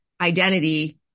identity